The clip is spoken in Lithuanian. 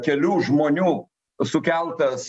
kelių žmonių sukeltas